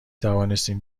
توانستیم